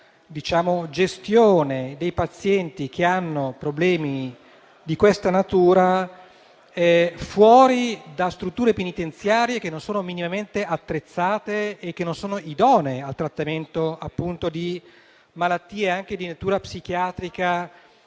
alla gestione dei pazienti che presentano problemi di questa natura, fuori da strutture penitenziarie, che non sono minimamente attrezzate e che non sono idonee al trattamento di malattie anche di natura psichiatrica,